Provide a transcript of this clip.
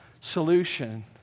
solution